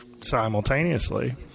simultaneously